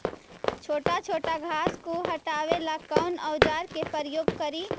छोटा छोटा घास को हटाबे ला कौन औजार के प्रयोग करि?